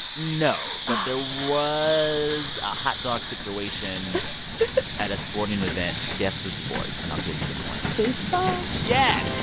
no. but there was a hot dog situation at a sporting event. guess the sport, and i'll give you the point baseball? yes.